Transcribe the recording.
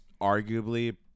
arguably